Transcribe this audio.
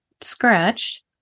Scratched